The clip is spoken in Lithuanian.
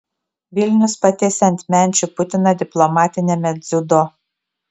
vilnius patiesė ant menčių putiną diplomatiniame dziudo